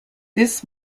this